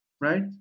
right